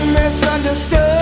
misunderstood